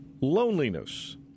loneliness